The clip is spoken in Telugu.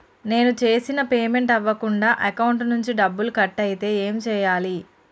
నేను చేసిన పేమెంట్ అవ్వకుండా అకౌంట్ నుంచి డబ్బులు కట్ అయితే ఏం చేయాలి?